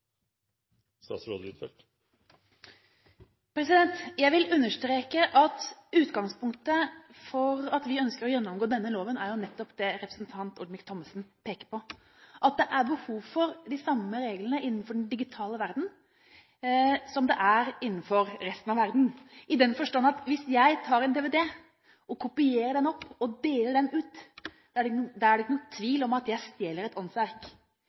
det representanten Olemic Thommessen peker på, at det er behov for de samme reglene innenfor den digitale verdenen som det er innenfor resten av verden, i den forstand at hvis jeg tar en DVD og kopierer den opp og deler den ut, er det ikke noen tvil om at jeg stjeler et åndsverk.